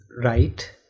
right